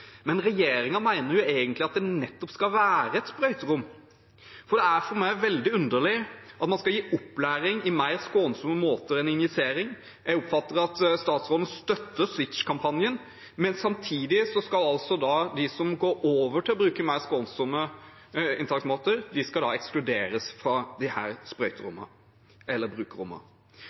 Men regjeringen mener jo egentlig at det skal være nettopp sprøyterom, for det er for meg veldig underlig at man skal gi opplæring i mer skånsomme måter enn injisering – jeg oppfatter at statsråden støtter SWITCH-kampanjen – men samtidig skal de som går over til å bruke mer skånsomme inntaksmåter, ekskluderes fra disse sprøyterommene eller